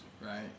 right